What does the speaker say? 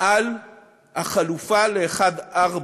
על החלופה ל-1 4,